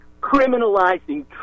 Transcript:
criminalizing